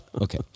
Okay